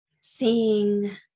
seeing